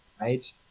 right